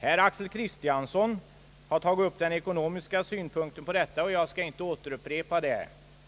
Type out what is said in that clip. Herr Axel Kristiansson har tagit upp den ekonomiska synpunkten på detta, och jag skall inte upprepa det.